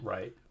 Right